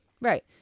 Right